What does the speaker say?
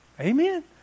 Amen